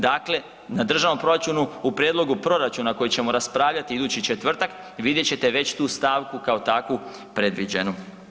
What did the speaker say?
Dakle, na državnom proračunu u prijedlogu proračuna koji ćemo raspravljati idući četvrtak vidjet ćete već tu stavku kao takvu predviđenu.